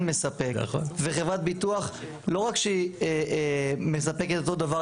מספק וחברת ביטוח לא רק שהיא מספקת את אותו דבר,